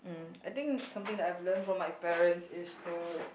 mm I think something that I've learn from my parents is to